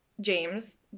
James